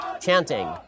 Chanting